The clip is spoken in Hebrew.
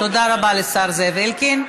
תודה רבה לשר זאב אלקין.